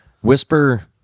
Whisper